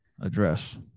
Address